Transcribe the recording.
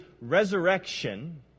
resurrection